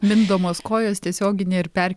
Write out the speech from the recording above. mindomos kojos tiesiogine ir perkelti